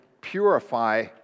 purify